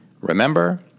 Remember